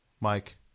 Mike